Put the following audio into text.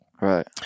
Right